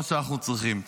מה שאנחנו צריכים.